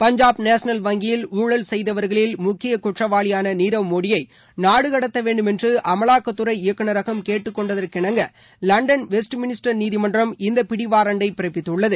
Punjab national வங்கியில் ஊழல் செய்தவர்களில் முக்கிய குற்றவாளியான நீரவ் மோடியை கடத்த வேண்டுமென்று அமலாக்கத்துறை இயக்கநரகம் கேட்டுக்கொண்டற்கிணங்க லணடன் நாடு வெஸ்ட்மினிஸ்டர் நீதிமன்றம் இந்த பிடி வரான்டை பிறப்பித்துள்ளது